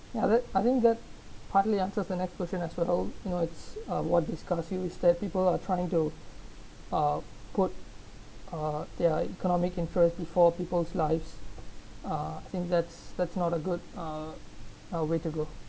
I think I think that partly answer the next question as well you know it's a what disgusts you is that people are trying to uh put uh their economic interests before people's lives uh I think that's that's not a good uh uh way to go